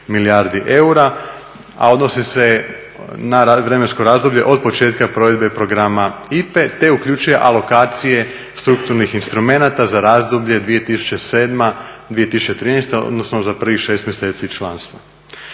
a odnosi se na vremensko razdoblje od početka provedbe programa IPA-e te uključuje alokacije strukturnih instrumenata za razdoblje 2007.-2013., odnosno za prvih šest mjeseci članstva.